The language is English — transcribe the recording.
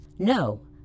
No